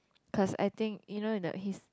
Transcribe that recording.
plus I think you know the he's